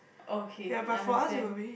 okay understand